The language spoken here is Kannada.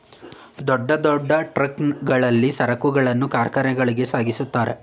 ದೊಡ್ಡ ದೊಡ್ಡ ಟ್ರಕ್ ಗಳಲ್ಲಿ ಸರಕುಗಳನ್ನು ಕಾರ್ಖಾನೆಗಳಿಗೆ ಸಾಗಿಸುತ್ತಾರೆ